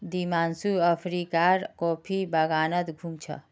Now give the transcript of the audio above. दीपांशु अफ्रीकार कॉफी बागानत घूम छ